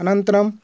अनन्तरम्